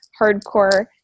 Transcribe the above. hardcore